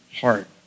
heart